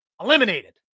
eliminated